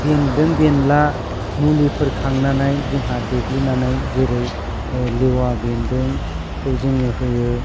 बेन्दों बेनला मुलिफोर खांनानै जोंहा देग्लिनानै जेरै लेवा बेन्दोंखौ जों होयो